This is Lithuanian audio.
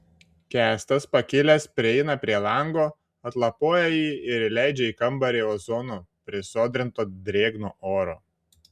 kęstas pakilęs prieina prie lango atlapoja jį ir įleidžia į kambarį ozono prisodrinto drėgno oro